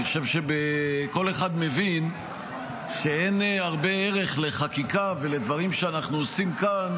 אני חושב שכל אחד מבין שאין הרבה ערך לחקיקה ולדברים שאנחנו עושים כאן